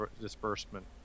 disbursement